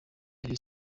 rayon